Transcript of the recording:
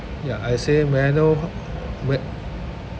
ya I say may I know ho~ where